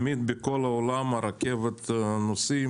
בכל העולם רכבת נוסעים